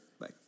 Bye